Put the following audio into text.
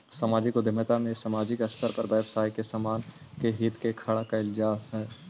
सामाजिक उद्यमिता में सामाजिक स्तर पर व्यवसाय के समाज के हित में खड़ा कईल जा हई